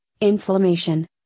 inflammation